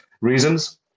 reasons